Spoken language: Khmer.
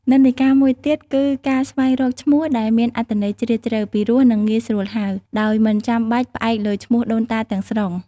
និន្នាការមួយទៀតគឺការស្វែងរកឈ្មោះដែលមានអត្ថន័យជ្រាលជ្រៅ ពីរោះ និងងាយស្រួលហៅ ដោយមិនចាំបាច់ផ្អែកលើឈ្មោះដូនតាទាំងស្រុង។។